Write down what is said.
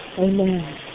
Amen